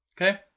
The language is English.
Okay